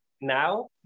now